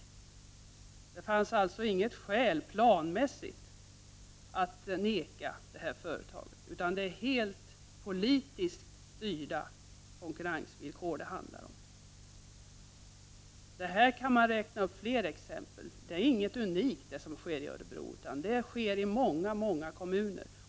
Det fanns alltså inga planmässiga skäl att vägra företaget, utan det är helt politiskt styrda konkurrensvillkor det handlar om här. Man kan räkna upp flera exempel. Det som har skett i Örebro är ingenting unikt, utan detta sker i många kommuner.